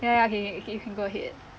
ya ya okay okay okay you can go ahead